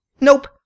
Nope